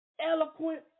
eloquent